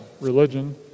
religion